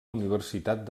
universitat